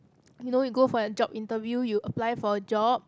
you know you go for a job interview you apply for a job